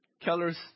Kellers